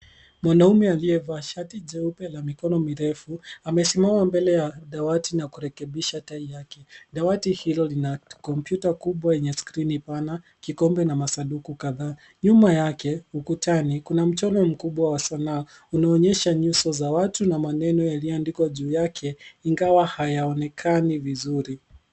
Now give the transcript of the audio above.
Mwanaume aliyevaa shati jeupe la mikono mirefu amesimama mbele ya dawati na kurekebisha tai yake. Dawati hilo lina kompyuta kubwa enye skrini pana, kikombe na masanduku kadhaa. Nyuma yake ukutani kuna mchoro mkubwa wa sanaa unaonyesha nyuso za watu na maneno yaliyoandikwa juu yake ingawa hayaonekani vizuri.